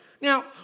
Now